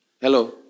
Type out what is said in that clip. Hello